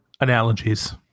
Analogies